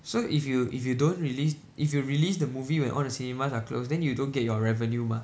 so if you if you don't release if you release the movie when all the cinemas are closed then you don't get your revenue mah